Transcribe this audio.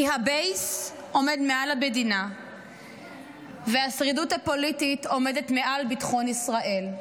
כי הבייס עומד מעל למדינה והשרידות הפוליטית עומדת מעל ביטחון ישראל.